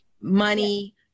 money